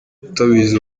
utabizi